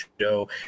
show